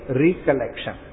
recollection